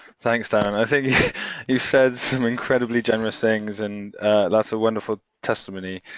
thanks, darrin, i think you said some incredibly generous things and that's a wonderful testimony,